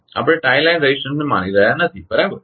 આપણે tie line રેઝિસ્ટન્સને માની રહ્યા નથી બરાબર